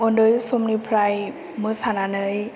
उन्दै समनिफ्राइ मोसानानै